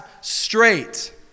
straight